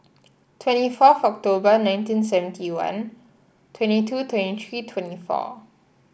twenty fourth October nineteen seventy one twenty two twenty three twenty four